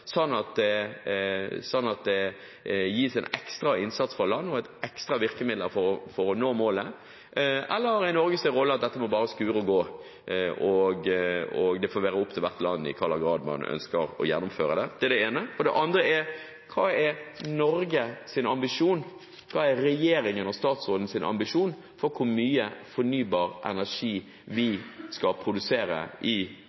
sånn at det gis en ekstra innsats fra landene og ekstra virkemidler for å nå målene? Eller er Norges rolle at dette må bare skure og gå, og det får være opp til hvert land i hvilken grad man ønsker å gjennomføre dette? Det er det ene. Det andre er: Hva er Norges ambisjon, hva er regjeringen og statsrådens ambisjon, for hvor mye fornybar energi vi skal produsere i